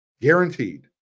guaranteed